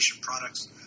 products